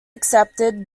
accepted